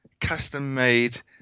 custom-made